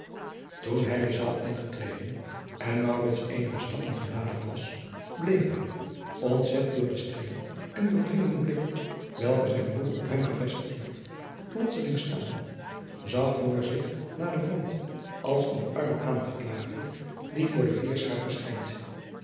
toen hij de zaal ingetreden en maurits eenige stappen genaderd was bleef hij ontzet door den strengen en doordringenden blik welken zijn broeder op hem gevestigd hield plotselings staan zag voor zich naar den grond als een arme aangeklaagde die voor de